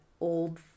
old